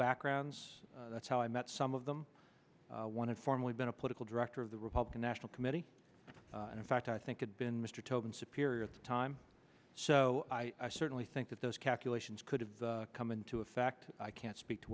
backgrounds that's how i met some of them one of formally been a political director of the republican national committee and in fact i think it been mr tobin superior at the time so i certainly think that those calculations could have come into effect i can't speak to